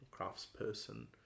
craftsperson